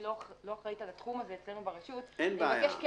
לא אחראית על התחום הזה אצלנו ברשות אבקש כן